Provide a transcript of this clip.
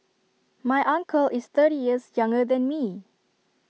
my uncle is thirty years younger than me